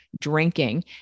drinking